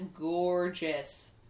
gorgeous